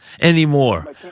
anymore